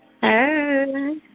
Hey